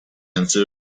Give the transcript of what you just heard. answered